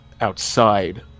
outside